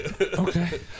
Okay